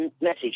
message